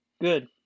Good